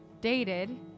dated